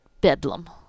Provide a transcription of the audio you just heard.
bedlam